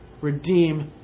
redeem